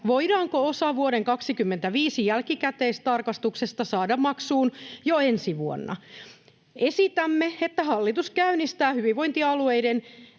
voidaanko osa vuoden 25 jälkikäteistarkastuksesta saada maksuun jo ensi vuonna. Esitämme, että hallitus käynnistää hyvinvointialueindeksin